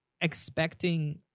expecting